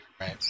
Right